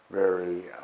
very,